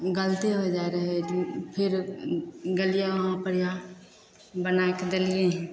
गलती हो जाइ रहै फिर गेलियै वहाँ पर बनाइ कऽ देलियै हँ